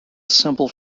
simple